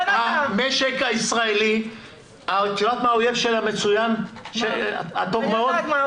את יודעת מה האויב של הטוב מאוד?